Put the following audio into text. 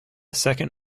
second